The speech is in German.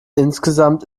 insgesamt